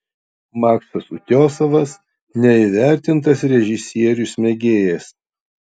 maksas utiosovas neįvertintas režisierius mėgėjas